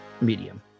medium